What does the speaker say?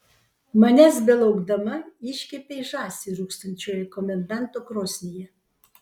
manęs belaukdama iškepei žąsį rūkstančioje komendanto krosnyje